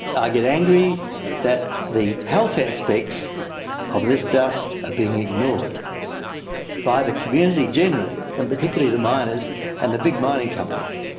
i get angry that the health aspects of this dust are being ignored by the community generally and particularly the miners and the big mining companies.